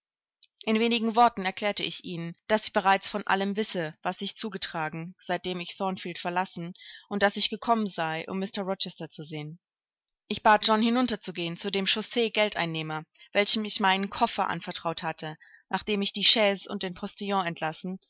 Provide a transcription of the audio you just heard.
in wenigen worten erklärte ich ihnen daß ich bereits von allem wisse was sich zugetragen seitdem ich thornfield verlassen und daß ich gekommen sei um mr rochester zu sehen ich bat john hinunterzugehen zu dem chausseegeldeinnehmer welchem ich meinen koffer anvertraut hatte nachdem ich die chaise und den postillon entlassen